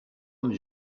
homme